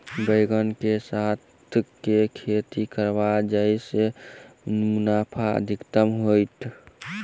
बैंगन कऽ साथ केँ खेती करब जयसँ मुनाफा अधिक हेतइ?